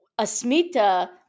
asmita